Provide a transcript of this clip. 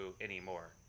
anymore